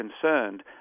concerned